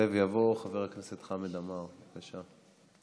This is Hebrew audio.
יעלה ויבוא חבר הכנסת חמד עמאר, בבקשה.